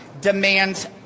demands